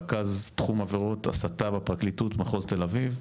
רכז תחום עבירות הסתה בפרקליטות מחוז תל אביב,